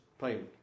payment